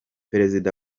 perezida